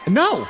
no